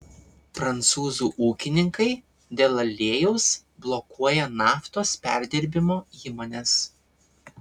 prancūzų ūkininkai dėl aliejaus blokuoja naftos perdirbimo įmones